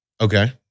Okay